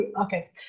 okay